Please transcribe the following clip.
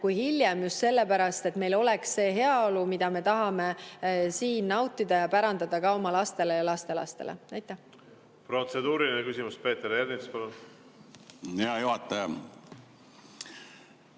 kui hiljem, just sellepärast, et meil oleks see heaolu, mida me tahame siin nautida ja pärandada oma lastele ja lastelastele. Protseduuriline küsimus, Peeter Ernits, palun! Hea juhataja!